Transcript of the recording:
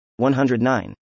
109